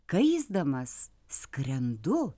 kaisdamas skrendu